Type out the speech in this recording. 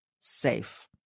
safe